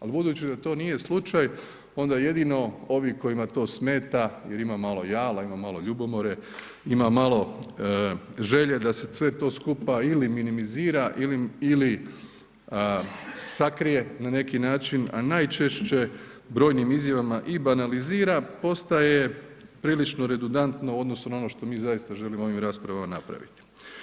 Ali budući da to nije slučaj onda jedino ovi kojima to smeta, jel ima malo jala, ima malo ljubomore, ima malo želje da se sve to skupa ili minimizira ili sakrije na neki način, a najčešće brojnim izjavama i banalizira postaje prilično redundantno u odnosu na ono što mi zaista želimo ovim raspravama napraviti.